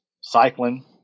cycling